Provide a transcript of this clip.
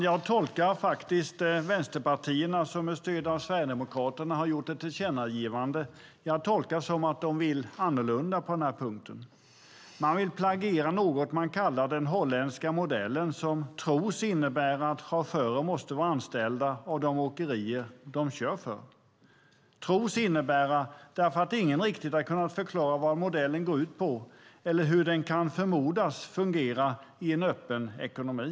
Jag tolkar faktiskt vänsterpartierna, som med stöd av Sverigedemokraterna har gjort ett tillkännagivande, som att de vill annorlunda på den här punkten. Man vill plagiera något man kallar den holländska modellen, som tros innebära att chaufförer måste vara anställda av de åkerier de kör för. Jag säger "tros innebära" därför att ingen riktigt har kunnat förklara vad modellen går ut på eller hur den kan förmodas fungera i en öppen ekonomi.